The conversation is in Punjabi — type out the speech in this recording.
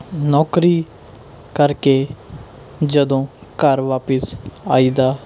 ਨੌਕਰੀ ਕਰਕੇ ਜਦੋਂ ਘਰ ਵਾਪਸ ਆਈ ਦਾ